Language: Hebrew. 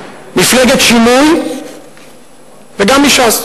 ממפלגת שינוי וגם מש"ס.